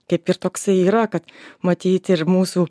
kaip ir toksai yra kad matyt ir mūsų